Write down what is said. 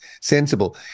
sensible